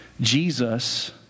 Jesus